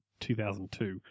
2002